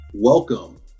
Welcome